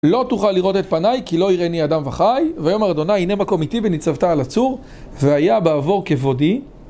לא תוכל לראות את פניי כי לא יראני אדם וחי ויאמר אדוני הנה מקום איתי וניצבת על הצור והיה בעבור כבודי